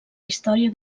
història